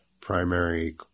primary